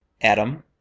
adam